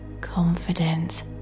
confidence